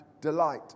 delight